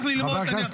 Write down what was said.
חבר הכנסת